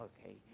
okay